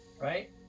right